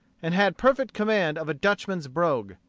and had perfect command of a dutchman's brogue.